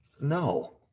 No